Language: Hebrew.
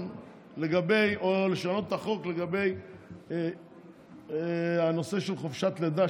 או לשנות את החוק לגבי הנושא של חופשת לידה,